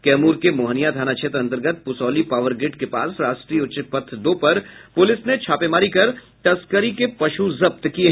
कैमूर के मोहनिया थाना क्षेत्र अंतर्गत पुसौली पावरग्रिड के पास राष्ट्रीय उच्च पथ दो पर पुलिस ने छापेमारी कर तस्करी के पशु जब्त किये